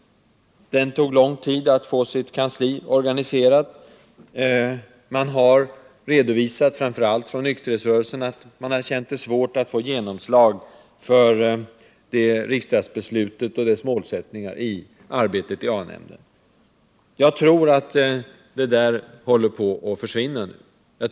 Det tog lång tid att få kansliet organiserat. Framför allt nykterhetsrörelsen har understrukit att det har varit svårt att i arbetet i A-nämnden vinna gehör för riksdagsbeslutet och dess målsättningar. Jag tror att det där håller på att försvinna nu.